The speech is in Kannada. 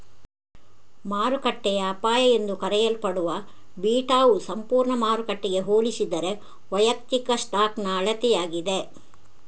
ಮಾರುಕಟ್ಟೆಯ ಅಪಾಯ ಎಂದೂ ಕರೆಯಲ್ಪಡುವ ಬೀಟಾವು ಸಂಪೂರ್ಣ ಮಾರುಕಟ್ಟೆಗೆ ಹೋಲಿಸಿದರೆ ವೈಯಕ್ತಿಕ ಸ್ಟಾಕ್ನ ಅಳತೆಯಾಗಿದೆ